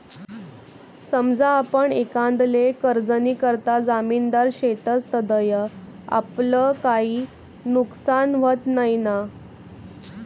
समजा आपण एखांदाले कर्जनीकरता जामिनदार शेतस तधय आपलं काई नुकसान व्हत नैना?